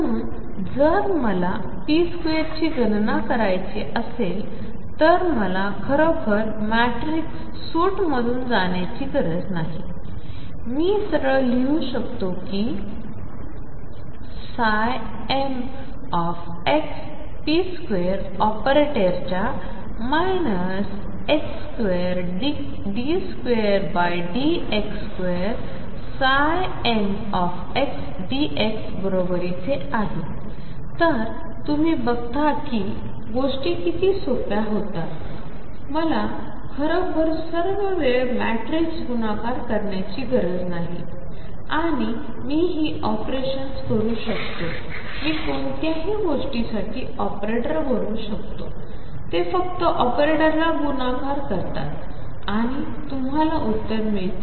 म्हणून जर मला p2 ची गणना करायची असेल तर मला खरोखर मॅट्रिक्स सूटमधून जाण्याची गरज नाही मी सरळ लिहू शकतो की हे mxp2 ऑपरेटरच्या 2d2dx2ndx बरोबरीचे आहे तर तुम्ही बघता की गोष्टी किती सोप्या होतात मला खरोखर सर्व वेळ मॅट्रिक्स गुणाकार करण्याची गरज नाही आणि मी ही ऑपरेशन्स करू शकतो मी कोणत्याही गोष्टीसाठी ऑपरेटर बनवू शकतो ते फक्त ऑपरेटरला गुणाकार करतात आणि तुम्हाला उत्तर मिळते